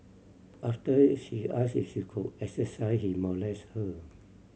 after she asked if she could exercise he molested her